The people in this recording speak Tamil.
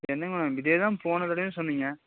என்னங்க மேம் இதேதான் போன தடவையும் சொன்னீங்க